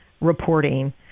reporting